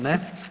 Ne.